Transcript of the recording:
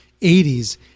80s